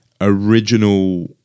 original